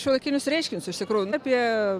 šiuolaikinius reiškinius iš tikrųjų apie